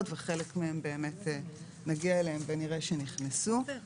וחלק מהם כן נכנסו ונראה זאת עת נגיע אליהם.